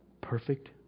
perfect